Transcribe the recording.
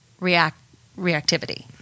reactivity